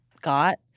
got